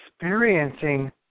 experiencing